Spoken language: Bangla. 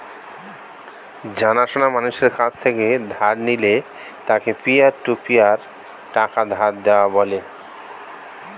জানা সোনা মানুষের কাছ থেকে ধার নিলে তাকে পিয়ার টু পিয়ার টাকা ধার দেওয়া বলে